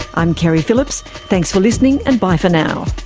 i'm keri phillips. thanks for listening and bye for now